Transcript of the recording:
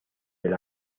del